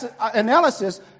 analysis